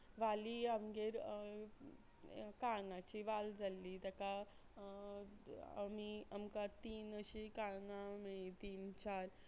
वाली आमगेर काळगांची वाल जाल्ली ताका आमी आमकां तीन अशी काळगां मेळ्ळी तीन चार